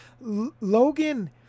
Logan